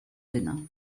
dinner